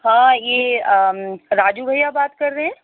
ہاں یہ راجو بھیا بات کر رہے ہیں